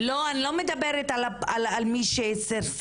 לא, אני לא מדברת על מי שסרסר,